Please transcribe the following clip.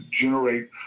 generate